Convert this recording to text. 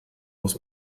muss